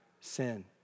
sin